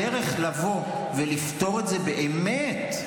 הדרך לבוא ולפתור את זה באמת,